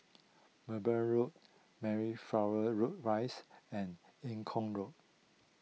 Mowbray Road Mayflower Road Rise and Eng Kong Road